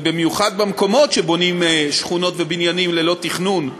ובמיוחד במקומות שבהם בונים שכונות ובניינים ללא תכנון,